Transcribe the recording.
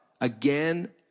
again